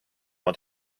oma